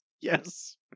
Yes